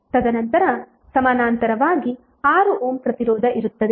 ತದನಂತರ ಸಮಾನಾಂತರವಾಗಿ 6 ಓಮ್ ಪ್ರತಿರೋಧ ಇರುತ್ತದೆ